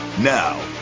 now